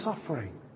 suffering